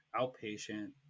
outpatient